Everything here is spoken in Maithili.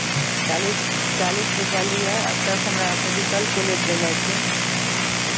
चालीस चालीस रुपैआ लिअ एतयसँ हमरा मेडिकल कॉलेज जेनाइ छै